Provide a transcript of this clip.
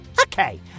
Okay